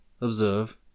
Observe